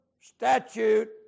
statute